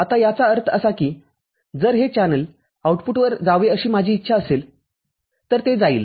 आता याचा अर्थ असा की जर हे चॅनेल आउटपुटवर जावे अशी माझी इच्छा असेल तर ते जाईल